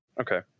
Okay